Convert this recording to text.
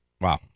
Wow